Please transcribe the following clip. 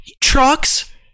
trucks